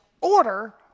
order